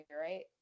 right